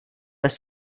bez